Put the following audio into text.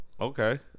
Okay